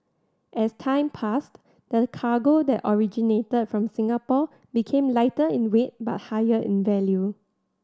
as time passed the cargo that originated from Singapore became lighter in weight but higher in value